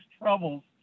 troubles